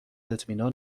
اطمینان